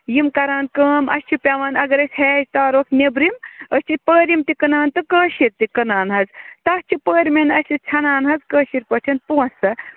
یِم کَران کٲم اَسہِ چھُ پیٚوان اگر أسۍ ہیٚچ تارہوکھ نیٚبرِم أسۍ چھِ پٲرِم تہِ کٕنان تہٕ کٲشِر تہِ کٕنان حظ تَتھ چھِ پٲرمیٚن اَسہِ ژھیٚنان حظ کٲشِر پٲٹھۍ پونٛسہٕ